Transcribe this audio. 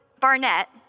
Barnett